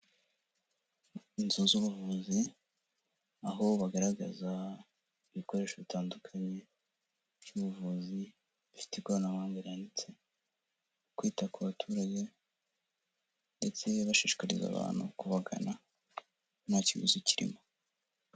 Inzu z'ubuvuzi, aho bagaragaza ibikoresho bitandukanye by'ubuvuzi bifite ikoranabuhanga rihanitse, kwita ku baturage ndetse bashishikariza abantu kubagana nta kiguzi kirimo.